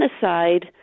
genocide